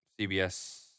CBS